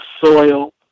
soil